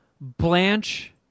Blanche